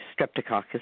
Streptococcus